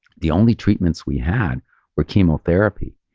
the only treatments we had were chemotherapy.